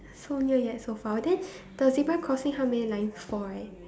so near yet so far then the zebra crossing how many lines four right